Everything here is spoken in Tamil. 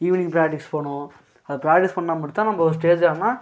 ஈவினிங் ப்ராட்டிஸ் பி போகணும் அது ப்ராட்டிஸ் பண்ணால் மட்டும் தான் நம்ம ஒரு ஸ்டேஜ் ஏறினா